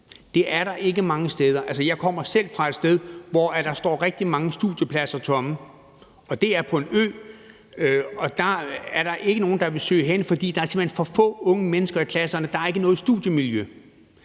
Det er der ikke mange steder. Altså, jeg kommer selv fra et sted, hvor der står rigtig mange studiepladser tomme. Det er på en ø, og der er der ikke nogen, der vil søge hen, fordi der simpelt hen er for få unge mennesker i klasserne; der er ikke noget studiemiljø.